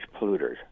polluters